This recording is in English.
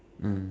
mm